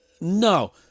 no